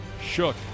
Shook